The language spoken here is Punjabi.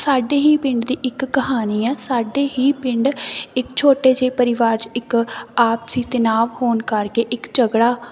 ਸਾਡੇ ਹੀ ਪਿੰਡ ਦੀ ਇੱਕ ਕਹਾਣੀ ਹੈ ਸਾਡੇ ਹੀ ਪਿੰਡ ਇੱਕ ਛੋਟੇ ਜਿਹੇ ਪਰਿਵਾਰ 'ਚ ਇੱਕ ਆਪਸੀ ਤਨਾਵ ਹੋਣ ਕਰਕੇ ਇੱਕ ਝਗੜਾ